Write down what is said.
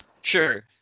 sure